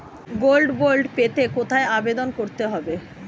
Gold bond পেতে কোথায় আবেদন করতে হবে?